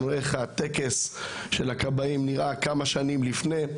איך הטקס של הכבאים נראה כמה שנים לפני,